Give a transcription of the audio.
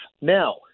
Now